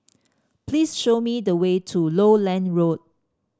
please show me the way to Lowland Road